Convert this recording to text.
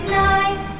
nine